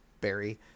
Barry